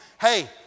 hey